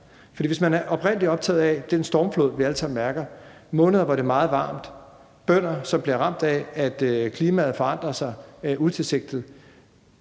For hvis man er oprigtig optaget af den stormflod, vi alle sammen mærker – der er måneder, hvor det er meget varmt, og bønder, som bliver ramt af, at klimaet forandrer sig utilsigtet